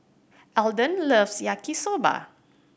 Alden loves Yaki Soba